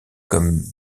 comme